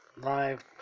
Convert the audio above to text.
live